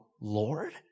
Lord